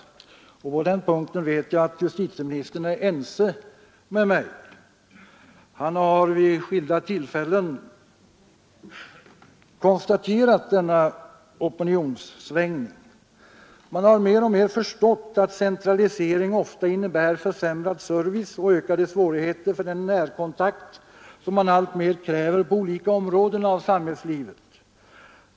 På den punkten vet jag att justitieministern är ense med mig. Han har vid skilda tillfällen konstaterat denna opinionssvängning. Man har mer och mer förstått att centralisering ofta innebär försämrad service och ökade svårigheter för den närkontakt som man alltmer kräver på olika områden av samhällslivet.